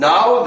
Now